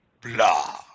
blah